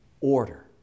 order